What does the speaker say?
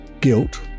guilt